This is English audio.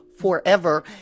forever